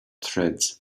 threads